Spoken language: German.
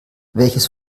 welches